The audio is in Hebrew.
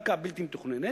קרקע בלתי מתוכננת.